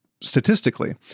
statistically